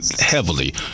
heavily